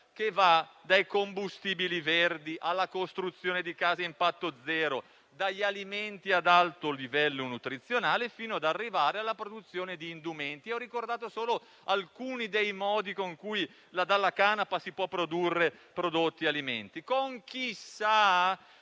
che va dai combustibili verdi alla costruzione di case a impatto zero; dagli alimenti ad alto livello nutrizionale, fino ad arrivare alla produzione di indumenti. Ho ricordato solo alcuni dei modi con cui dalla canapa si possono produrre prodotti e alimenti,